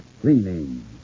cleaning